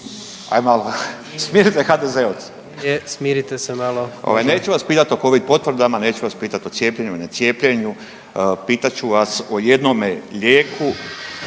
…/Upadica predsjednik: Smirite se malo./… neću vas pitati o covid potvrdama, neću vas pitati o cijepljenju, necijepljenu pitat ću vas o jednome lijeku